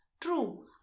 True